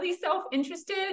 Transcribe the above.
self-interested